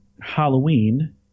Halloween